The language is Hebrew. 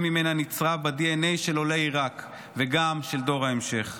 ממנה נצרב בדנ"א של עולי עיראק וגם של דור ההמשך.